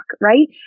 right